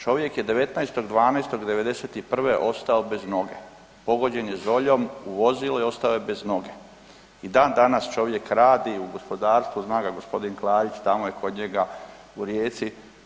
Čovjek je 19.12.'91. ostao bez noge, pogođen je zoljom u vozilu i ostao je bez noge i dan danas čovjek radi u gospodarstvu, zna ga gospodin Klarić tamo je kod njega u Rijeci.